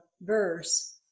verse